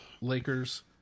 Lakers